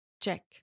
Check